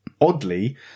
oddly